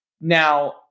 Now